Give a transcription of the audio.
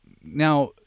Now